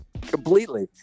completely